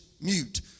mute